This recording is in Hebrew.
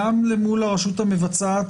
גם למול הרשות המבצעת,